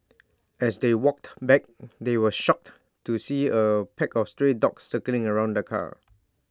as they walked back they were shocked to see A pack of stray dogs circling around the car